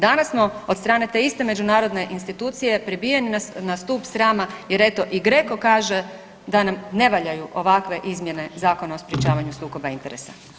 Danas smo od strane te iste međunarodne institucije pribijeni na stup srama jer eto i GREKO kaže da nam ne valjaju ovakve izmjene Zakona o sprječavanju sukoba interesa.